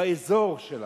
באזור שלנו.